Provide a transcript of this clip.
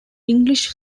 english